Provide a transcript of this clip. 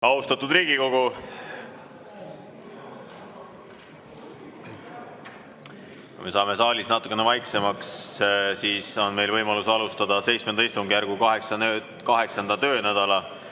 Austatud Riigikogu! Kui me saame saalis natukene vaiksemaks, siis on meil võimalust alustada VII istungijärgu 8. töönädala